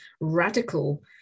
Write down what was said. radical